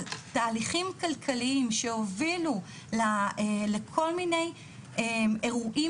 על תהליכים כלכליים שהובילו לכל מיני אירועים